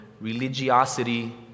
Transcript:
religiosity